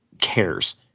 cares